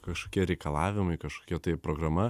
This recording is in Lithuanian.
kažkokie reikalavimai kažkokie tai programa